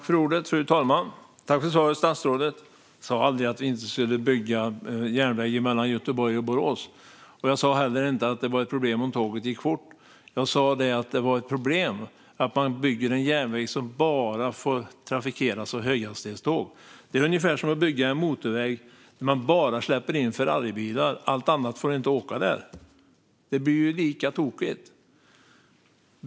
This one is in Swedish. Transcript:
Fru talman! Tack för svaret, statsrådet! Jag sa aldrig att vi inte ska bygga järnväg mellan Göteborg och Borås, och jag sa heller inte att det var ett problem om tågen går fort. Det jag sa var att det är ett problem om man bygger en järnväg som bara får trafikeras av höghastighetståg. Det är ungefär som att bygga en motorväg där man bara släpper fram Ferraribilar och där inget annat får åka. Det blir ju lika tokigt.